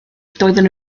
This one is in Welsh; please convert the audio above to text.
doedden